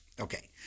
Okay